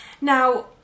Now